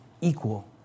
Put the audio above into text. equal